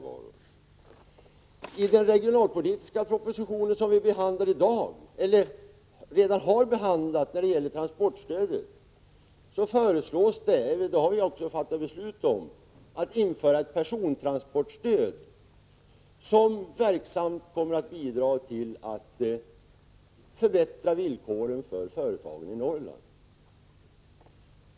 I samband med den regionalpolitiska proposition som vi redan har behandlat när det gäller transportstödet fattades beslut om att införa ett persontransportstöd som verksamt kommer att bidra till att förbättra villkoren för företagen i Norrland.